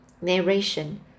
narration